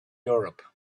europe